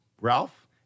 Ralph